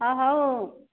ହଁ ହେଉ